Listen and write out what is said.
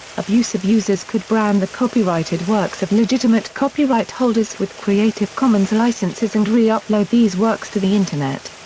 abusive users could brand the copyrighted works of legitimate copyright holders with creative commons licenses and re-upload these works to the internet.